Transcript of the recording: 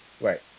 right